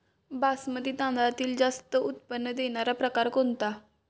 बासमती तांदळातील जास्त उत्पन्न देणारा प्रकार कोणता?